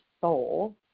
soul